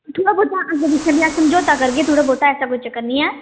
थोह्ड़ा बोहता अग्गें पिच्छें समझौता करगे थोह्ड़ा बोहता ऐसा कोई चक्कर निं ऐ